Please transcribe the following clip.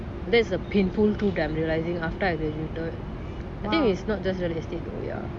that's a painful too time that I'm realizing after I graduated I think it's not just real estate oh yeah